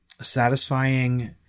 satisfying